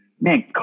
man